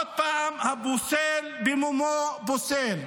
עוד פעם, הפוסל במומו פוסל.